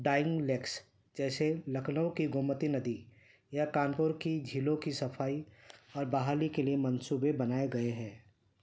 dining lakes جیسے لکھنؤ کی گومتی ندی یا کانپور کی جھیلوں کی صفائی اور بحاللی کے لیے منصوبے بنائے گئے ہیں